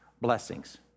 blessings